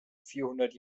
vierhundert